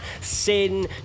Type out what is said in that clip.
Sin